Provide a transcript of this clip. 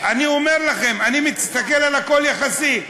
אני אומר לכם: אני מסתכל על הכול יחסי.